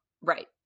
Right